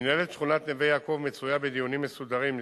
1 2. מינהלת שכונת נווה-יעקב מצויה בדיונים מסודרים עם